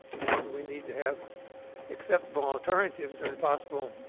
and we need to have acceptable alternatives are impossible